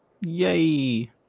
Yay